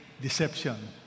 deception